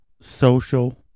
Social